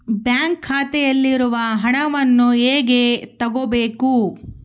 Bank ಖಾತೆಯಲ್ಲಿರುವ ಹಣವನ್ನು ಹೇಗೆ ತಗೋಬೇಕು?